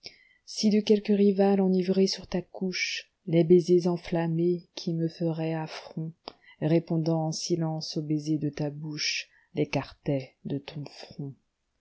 si de quelque rival enivré sur ta couche les baisers enflammés qui me feraient affront répondant en silence aux baisers de ta bouche l'écartaient de ton front